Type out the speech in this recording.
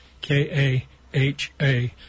K-A-H-A